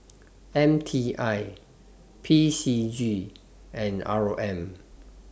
M T I P C G and R O M